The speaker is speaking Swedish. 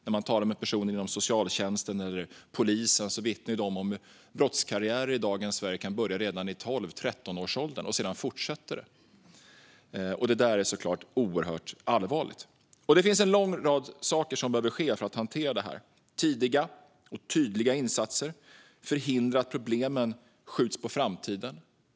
När jag talar med personer inom socialtjänsten eller polisen vittnar de om att en brottskarriär i Sverige kan börja redan i 12-13-årsåldern, och sedan fortsätter den. Det är såklart mycket allvarligt. Det är mycket som behöver ske för att hantera detta. Det handlar om tidiga och tydliga insatser för att förhindra att problemen skjuts på framtiden.